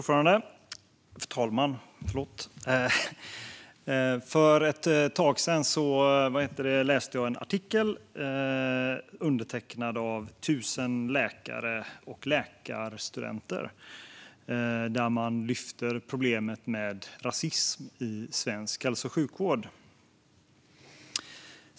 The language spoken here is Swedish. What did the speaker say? Fru talman! För ett tag sedan läste jag en artikel undertecknad av 1 000 läkare och läkarstudenter där man lyfter problemet med rasism i svensk hälso och sjukvård.